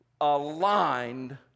aligned